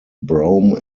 brome